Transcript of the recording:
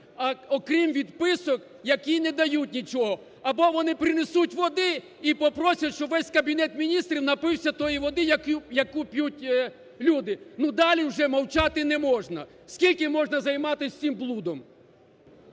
окрім відписок, які не дають нічого. Або вони принесуть води і попросять, щоб весь Кабінет Міністрів напився тієї води, яку п'ють люди. Ну далі вже мовчати не можна! Скільки можна займатись цим блудом?!